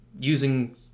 using